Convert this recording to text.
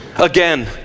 Again